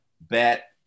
bet